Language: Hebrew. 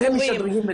אמורים,